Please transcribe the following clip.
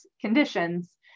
conditions